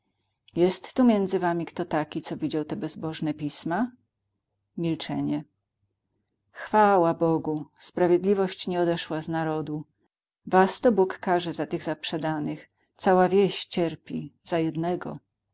jest tu między wami kto taki co widział te bezbożne pisma milczenie chwała bogu sprawiedliwość nie odeszła z narodu was to bóg karze za tych zaprzedanych cała wieś cierpi za jednego